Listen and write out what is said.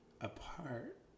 apart